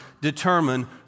determine